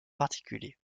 particulier